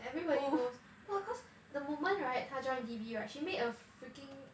everybody knows no cause the moment right 她 joined D_B right she made a freaking